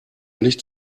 nicht